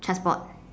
transport